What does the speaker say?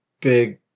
big